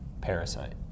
Parasite